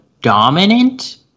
dominant